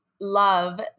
love